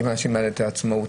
אם לאנשים האלה אין עצמאות,